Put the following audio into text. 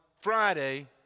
Friday